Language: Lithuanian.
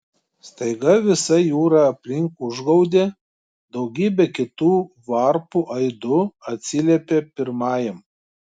staiga visa jūra aplink užgaudė daugybė kitų varpų aidu atsiliepė pirmajam